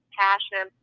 passion